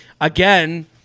Again